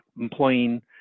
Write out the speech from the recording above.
employing